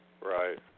Right